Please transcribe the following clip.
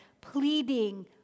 pleading